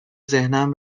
ذهنم